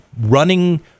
running